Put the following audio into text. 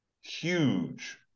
huge